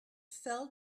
fell